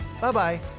Bye-bye